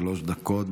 שלוש דקות,